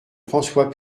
françois